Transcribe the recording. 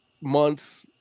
months